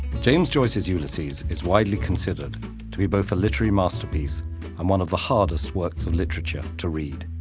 james joyce's ulysses is widely considered to be both a literary masterpiece and one of the hardest works of literature to read.